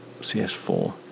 CS4